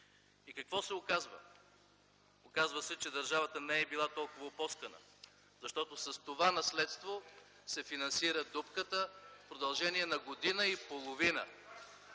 И какво се оказва? Оказва се, че държавата не е била толкова опоскана, защото с това наследство се финансира дупката в продължение на година и половина.